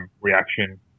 reaction